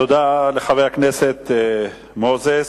תודה לחבר הכנסת מוזס.